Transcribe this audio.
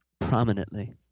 Prominently